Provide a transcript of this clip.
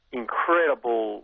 incredible